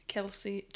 Kelsey